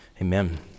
Amen